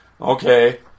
okay